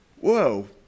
whoa